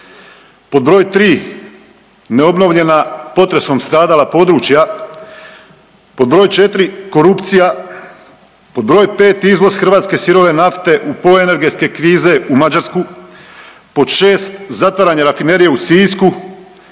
pod broj tri neobnovljena potresom stradala područja, pod broj četiri korupcija, pod broj pet izvoz hrvatske sirove nafte u po energetske krize u Mađarsku, pod šest zatvaranje rafinerije u Sisku